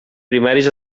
primaris